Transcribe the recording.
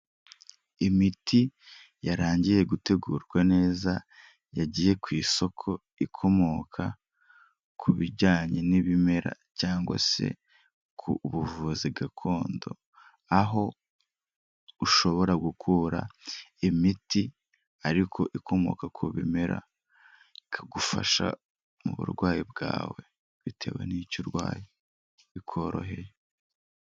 Imiti yarangiye gutegurwa neza, yagiye ku isoko, ikomoka ku bijyanye n'ibimera cyangwa se ku buvuzi gakondo, aho ushobora gukura imiti ariko ikomoka ku bimera, ikagufasha mu burwayi bwawe bitewe n'icyo urwaye, bikoroheye.